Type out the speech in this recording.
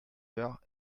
coeur